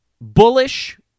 bullish